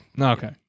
okay